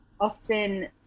often